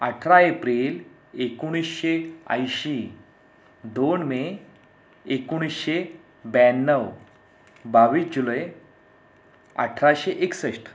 अठरा एप्रिल एकोणीसशे ऐंशी दोन मे एकोणीसशे ब्याण्णव बावीस जुलै अठराशे एकसष्ठ